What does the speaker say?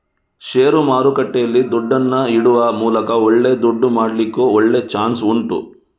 ಷೇರು ಮಾರುಕಟ್ಟೆಯಲ್ಲಿ ದುಡ್ಡನ್ನ ಇಡುವ ಮೂಲಕ ಒಳ್ಳೆ ದುಡ್ಡು ಮಾಡ್ಲಿಕ್ಕೂ ಒಳ್ಳೆ ಚಾನ್ಸ್ ಉಂಟು